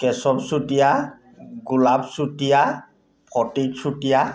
Keshab Chutia Golap Chutia Phatik Chutia